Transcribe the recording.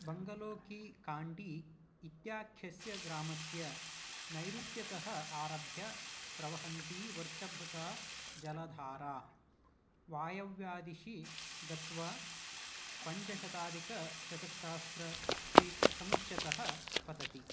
बङ्गलो की काण्डी इत्याख्यस्य ग्रामस्य नैऋत्यतः आरभ्य प्रवहन्ती वर्षभृता जलधारा वायव्यादिशि गत्वा पञ्चाशताधिकचतुस्सहस्र फीट् समुच्चतः पतति